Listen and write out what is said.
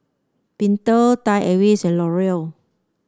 Pentel Thai Airways and L'Oreal